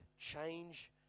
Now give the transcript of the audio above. change